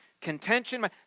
contention